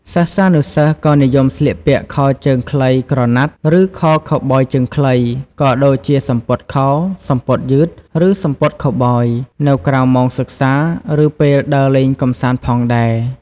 សិស្សានុសិស្សក៏និយមស្លៀកពាក់ខោជើងខ្លីក្រណាត់ ឬខោខូវប៊យជើងខ្លី ក៏ដូចជាសំពត់ខោ សំពត់យឺត ឬសំពត់ខូវប៊យ នៅក្រៅម៉ោងសិក្សា ឬពេលដើរលេងកម្សាន្តផងដែរ។